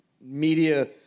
media